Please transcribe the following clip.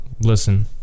Listen